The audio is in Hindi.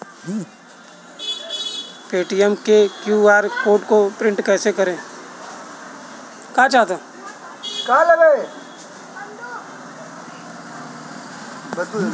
पेटीएम के क्यू.आर कोड को प्रिंट कैसे करवाएँ?